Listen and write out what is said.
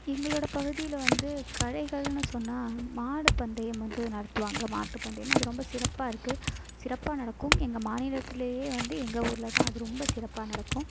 எங்களோட பகுதியில் வந்து கலைகள்னு சொன்னா மாடு பந்தயம் வந்து நடத்துவாங்க மாட்டு பந்தயம் அது ரொம்ப சிறப்பாக இருக்கு சிறப்பாக நடக்கும் எங்கள் மாநிலத்துலயே வந்து எங்கள் ஊரில் தான் அது ரொம்ப சிறப்பாக நடக்கும்